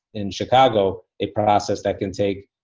in chicago, a process that can take,